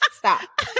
Stop